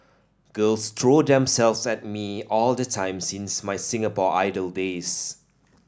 girls throw themselves at me all the time since my Singapore Idol days